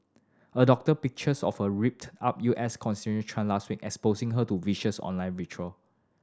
a doctored pictures of her ripped up U S constitution trend last week exposing her to vicious online vitriol